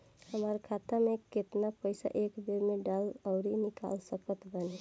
हमार खाता मे केतना पईसा एक बेर मे डाल आऊर निकाल सकत बानी?